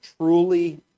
truly